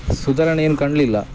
ಸುಧಾರಣೆ ಏನು ಕಾಣ್ಲಿಲ್ಲ